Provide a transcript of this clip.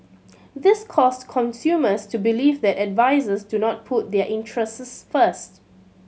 this caused consumers to believe that advisers do not put their interests first